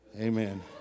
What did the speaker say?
Amen